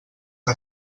que